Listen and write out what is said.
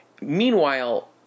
Meanwhile